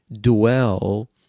dwell